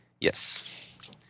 Yes